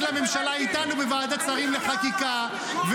לממשלה איתנו בוועדת שרים לחקיקה -- מלחמה,